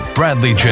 Bradley